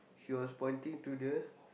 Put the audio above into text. she was pointing to the